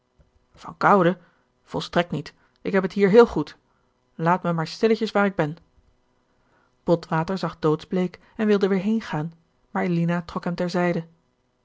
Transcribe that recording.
van koude volstrekt niet ik heb het hier heel goed laat me maar stilletjes waar ik ben botwater zag doodsbleek en wilde weer heengaan maar lina trok